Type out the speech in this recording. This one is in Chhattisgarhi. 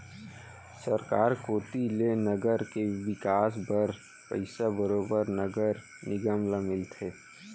सरकार कोती ले नगर के बिकास बर पइसा बरोबर नगर निगम ल मिलथे